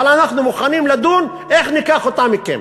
אבל אנחנו מוכנים לדון איך ניקח אותן מכם.